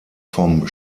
vom